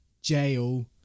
jail